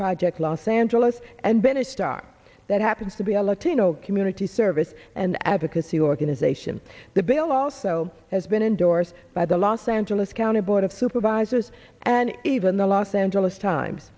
project los angeles and ben a stock that happens to be a latino community service and advocacy organization the bill also has been endorsed by the los angeles county board of supervisors and even the los angeles times